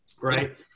Right